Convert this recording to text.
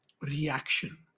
reaction